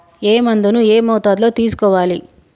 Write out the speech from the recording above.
ఏ మందును ఏ మోతాదులో తీసుకోవాలి?